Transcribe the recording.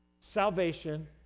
salvation